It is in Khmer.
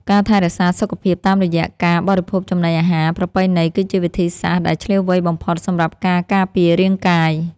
ការថែរក្សាសុខភាពតាមរយៈការបរិភោគចំណីអាហារប្រពៃណីគឺជាវិធីសាស្ត្រដ៏ឈ្លាសវៃបំផុតសម្រាប់ការការពាររាងកាយ។